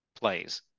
plays